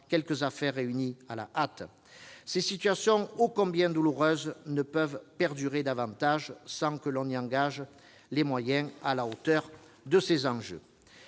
quelques affaires réunies à la hâte. Ces situations ô combien douloureuses ne peuvent perdurer davantage sans que l'on y engage des moyens à la hauteur des enjeux.